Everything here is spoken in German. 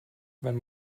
wenn